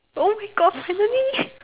oh-my-God finally